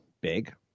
big